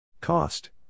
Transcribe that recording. Cost